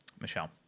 Michelle